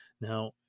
Now